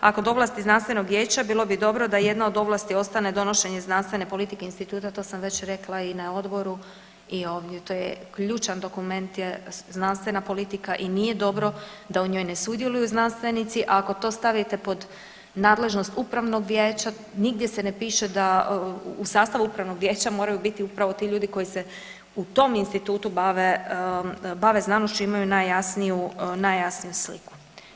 Ako dovlasti znanstvenog vijeća bilo bi dobro da jedna od ovlasti ostane donošenje znanstvene politike instituta, to sam već rekla i na odboru i ovdje, to je, ključan dokument je znanstvena politika i nije dobro da u njoj ne sudjeluju znanstvenici, ako to stavite pod nadležnost upravnog vijeća nigdje se ne piše da u sastavu upravnog vijeća moraju biti upravo ti ljudi koji se u tom institutu bave, bave znanošću i imaju najjasniju, najjasniju sliku.